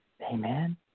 amen